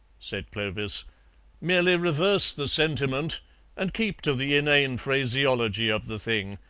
said clovis merely reverse the sentiment and keep to the inane phraseology of the thing.